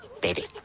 Baby